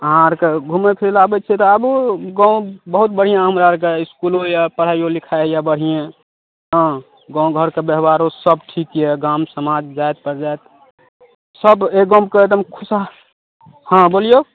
अहाँ आओरके घुमै फिरै ले आबै छिए तऽ आबू गाम बहुत बढ़िआँ हमरा आओरके इसकुलो यऽ पढ़ाइओ लिखाइ होइए बढ़िएँ हाँ गामघरके बेवहारो सब ठीक यऽ गाम समाज जाति परजाति सब एहि गामके एकदम खुशहाल हाँ बोलिऔ